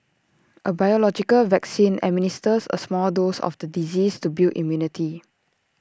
A biological vaccine administers A small dose of the disease to build immunity